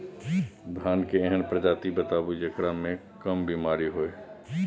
धान के एहन प्रजाति बताबू जेकरा मे कम बीमारी हैय?